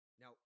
Now